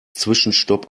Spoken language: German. zwischenstopp